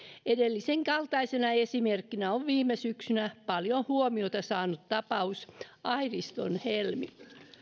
edellisen kaltaisena esimerkkinä on viime syksynä paljon huomiota saanut tapaus airiston helmi